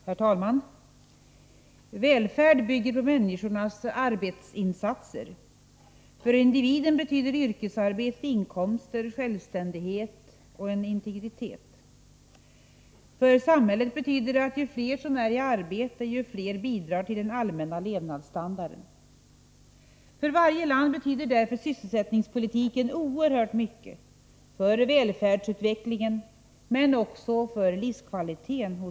Herr talman! Välfärd bygger på människornas arbetsinsatser. För individen betyder yrkesarbetet inkomster, självständighet och integritet. För samhället betyder det att ju fler som är i arbete, desto fler bidrar till den allmänna levnadsstandarden. För varje land betyder därför sysselsättningspolitiken oerhört mycket för välfärdsutvecklingen och människans livskvalitet.